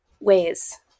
ways